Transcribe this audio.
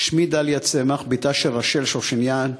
שמי דליה צמח, אני בתה של רשל ששוניאן.